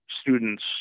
students